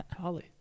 Holly